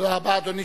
תודה רבה.